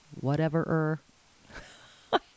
whatever-er